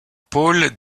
pôle